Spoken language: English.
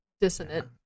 dissonant